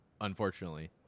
unfortunately